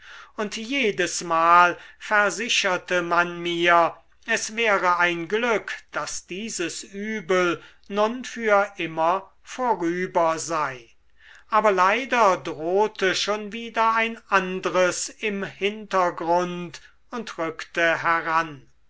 und jedesmal versicherte man mir es wäre ein glück daß dieses übel nun für immer vorüber sei aber leider drohte schon wieder ein andres im hintergrund und rückte heran